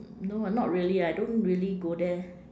no ah not really ah I don't really go there